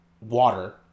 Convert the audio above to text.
water